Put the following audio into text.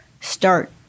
start